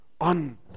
on